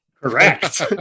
Correct